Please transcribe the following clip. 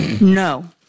No